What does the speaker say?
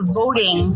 voting